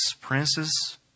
princes